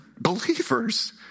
believers